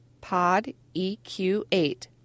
PODEQ8